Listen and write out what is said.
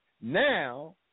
Now